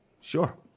sure